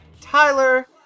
Tyler